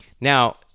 now